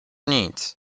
nic